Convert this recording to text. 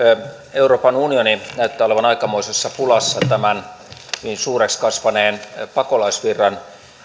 euroopan unioni näyttää olevan aikamoisessa pulassa tämän niin suureksi kasvaneen pakolaisvirran